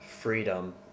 freedom